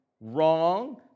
wrong